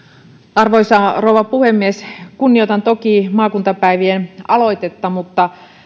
arvoisa rouva puhemies kunnioitan toki maakuntapäivien aloitetta mutta